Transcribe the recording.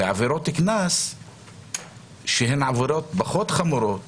ועבירות קנס שהן עבירות פחות חמורות